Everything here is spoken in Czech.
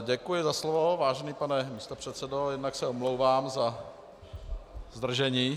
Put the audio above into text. Děkuji za slovo, vážený pane místopředsedo, a omlouvám se za zdržení.